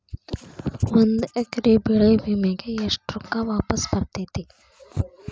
ಒಂದು ಎಕರೆ ಬೆಳೆ ವಿಮೆಗೆ ಎಷ್ಟ ರೊಕ್ಕ ವಾಪಸ್ ಬರತೇತಿ?